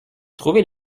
trouvez